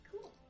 Cool